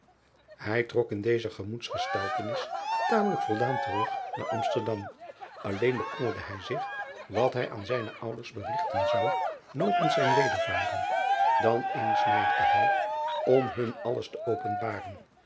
ij trok in deze gemoedsgesteltenis tamelijk voldaan terug naar msterdam lleen bekommerde hij zich wat hij aan zijne ouders berigten zou nopens zijn wedervaren an eens neigde hij om hun alles te openbaren